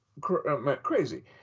crazy